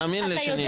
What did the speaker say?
תאמין לי שנהיה.